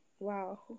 Wow